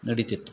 ನಡೀತಿತ್ತು